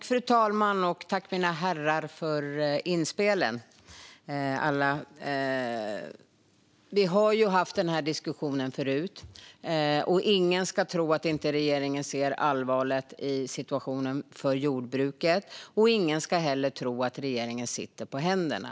Fru talman! Tack, mina herrar, för alla inspelen! Vi har ju haft den här diskussionen förut. Ingen ska tro att regeringen inte ser allvaret i situationen för jordbruket. Ingen ska heller tro att regeringen sitter på händerna.